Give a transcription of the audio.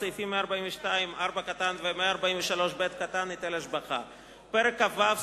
סעיפים 142(4) ו-143(ב) (היטל השבחה); פרק כ"ו,